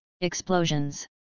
Explosions